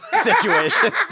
situation